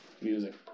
music